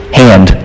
hand